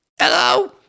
Hello